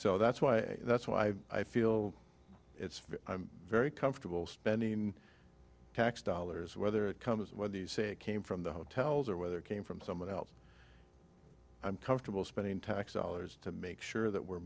so that's why that's why i feel it's very comfortable spending tax dollars whether it comes when the say came from the hotels or whether came from someone else i'm comfortable spending tax dollars to make sure that we're